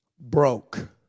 broke